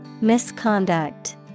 Misconduct